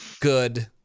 good